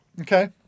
Okay